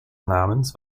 namens